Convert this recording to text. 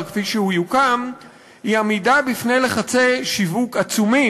כפי שהוא יוקם היא עמידה בפני לחצי שיווק עצומים.